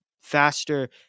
faster